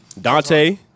Dante